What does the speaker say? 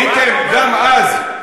הייתם גם אז,